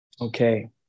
Okay